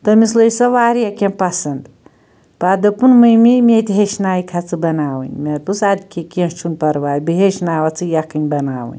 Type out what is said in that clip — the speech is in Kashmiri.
تٔمِس لٔج سۄ واریاہ کیٚنٛہہ پَسَنٛد پَتہٕ دوٚپُن ممی مےٚ تہِ ہیٚچھناوکھا ژٕ بناوٕنۍ مےٚ دوٚپُس اَدٕ کیٛاہ کیٚنٛہہ چھُ نہٕ پرواے بہٕ ہیٚچھناوَتھ ژٕ یَکھنۍ بناوٕنۍ